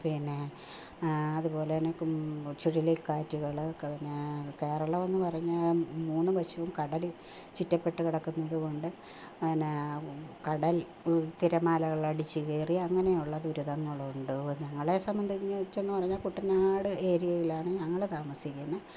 പിന്നെ അതുപോലെ തന്നെ കും ചുഴലിക്കാറ്റുകൾ ക് പിന്നെ കേരളം എന്നു പറഞ്ഞാൽ മൂന്നു വശവും കടൽ ചുറ്റപ്പെട്ടു കിടക്കുന്നതു കൊണ്ട് പിന്നെ കടൽ തിരമാലകളടിച്ചു കയറി അങ്ങനെയുള്ള ദുരിതങ്ങളുണ്ട് ഞങ്ങളുടെ സംബന്ധിച്ച് എന്നു പറഞ്ഞാൽ കുട്ടനാട് ഏരിയയിലാണ് ഞങ്ങൾ താമസിക്കുന്നത്